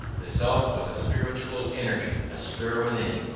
the self was a spiritual energy astir within,